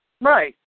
Right